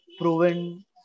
proven